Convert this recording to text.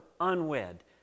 unwed